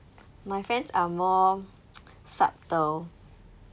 my friends are more subtle